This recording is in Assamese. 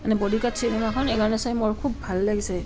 মানে বডিগাৰ্ড চিনেমাখন এইকাৰণে চাই মোৰ খুব ভাল লাগিছে